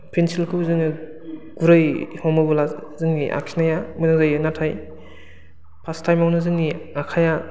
पेन्सिलखौ जोङो गुरै हमोब्ला जोंंनि आखिनाया मोजां जायो नाथाय फार्स्ट टाइमावनो जोंनि आखाइआ